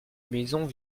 maison